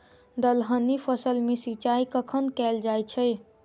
दलहनी फसल मे सिंचाई कखन कैल जाय छै?